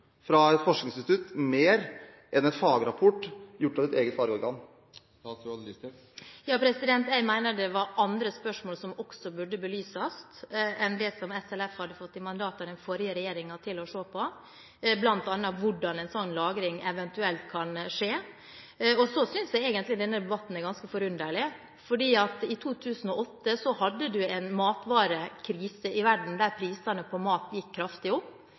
fra et forskningsinstitutt mer enn en fagrapport gjort av eget fagorgan? Jeg mener det var andre spørsmål som også burde belyses enn dem som SLF hadde fått i mandat av den forrige regjeringen å se på, bl.a. hvordan en slik lagring eventuelt kan skje. Så synes jeg egentlig denne debatten er ganske forunderlig, for i 2008 hadde vi en matvarekrise i verden, der prisene på mat gikk kraftig opp.